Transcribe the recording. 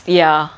ya